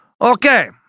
Okay